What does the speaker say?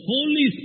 Holy